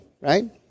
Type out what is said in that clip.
right